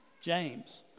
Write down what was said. James